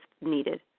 needed